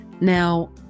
Now